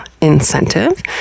incentive